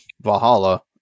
Valhalla